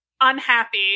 unhappy